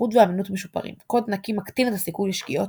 איכות ואמינות משופרים קוד נקי מקטין את הסיכון לשגיאות,